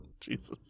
jesus